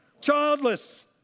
Childless